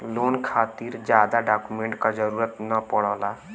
loan खातिर जादा document क जरुरत न पड़ेला